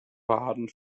baden